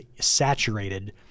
saturated